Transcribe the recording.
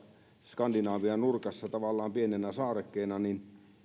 skandinavian nurkassa tavallaan pienenä saarekkeena niin